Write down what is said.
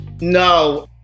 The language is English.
no